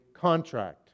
contract